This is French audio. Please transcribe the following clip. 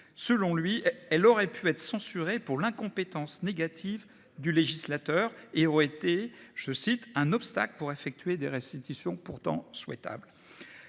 selon lui, elle aurait pu être censuré pour l'incompétence négative du législateur et ont été, je cite, un obstacle pour effectuer des restitutions pourtant souhaitable.